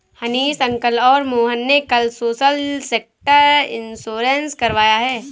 Hanish uncle और मोहन ने कल सोशल सेक्टर इंश्योरेंस करवाया है